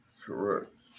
Correct